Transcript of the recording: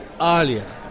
earlier